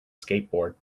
skateboard